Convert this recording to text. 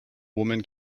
woman